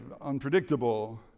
unpredictable